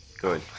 Good